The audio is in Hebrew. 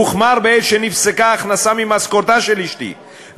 הוחמר בעת שנפסקה ההכנסה ממשכורתה של אשתי,